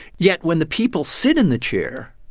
yet when the people sit in the chair,